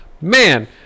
Man